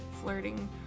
flirting